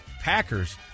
Packers